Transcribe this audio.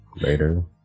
Later